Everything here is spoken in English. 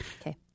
Okay